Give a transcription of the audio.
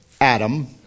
Adam